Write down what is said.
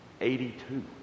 82